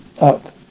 up